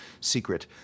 secret